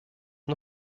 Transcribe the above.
nur